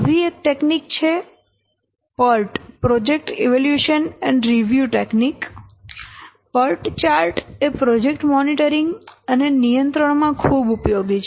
આવી એક તકનીક છે PERT project evaluation review technique Project Evaluation Review Technique PERT chart એ પ્રોજેક્ટ મોનીટરીંગ અને નિયંત્રણ માં ખૂબ ઉપયોગી છે